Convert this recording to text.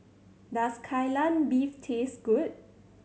does Kai Lan Beef taste good